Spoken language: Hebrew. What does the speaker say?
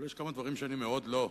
אבל יש כמה דברים שאני מאוד לא,